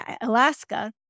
alaska